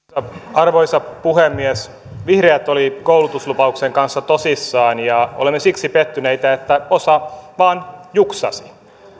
arvoisa puhemies vihreät olivat koulutuslupauksen kanssa tosissaan ja olemme siksi pettyneitä että osa vain juksasi